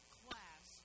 class